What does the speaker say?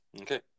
okay